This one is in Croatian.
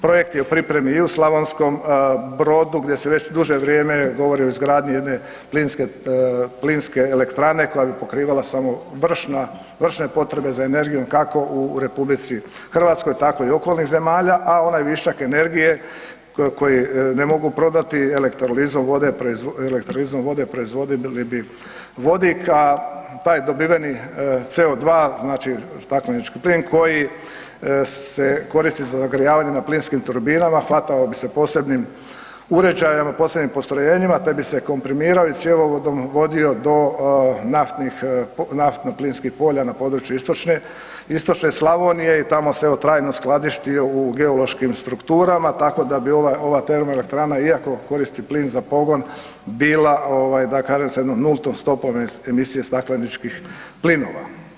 Projekt je u pripremi i u Slavonskom Brodu gdje se već duže vrijeme govori o izgradnji jedne plinske elektrane koja bi pokrivala samo vršne potrebe za energijom, kako u RH, tako i okolnih zemalja, a onaj višak energije koji ne mogu prodati elektrolizom vode, proizvodili bi vodik a taj dobiven CO2, znači staklenički plin koji se koristi zagrijavanjem na plinskim turbinama, hvatao bi se posebnim uređajem i posebnim postrojenjima te bi se komprimirao i cjevovodom vodio do naftno-plinskih polja na području istočne Slavonije i tamo se tajno skladištio u geološkim strukturama, tako da bi ova termoelektrana, iako koristi plin za pogon, bila da kažem sa jednom nultom stopom emisije stakleničkih plinova.